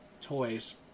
toys